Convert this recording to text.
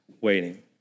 waiting